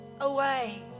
away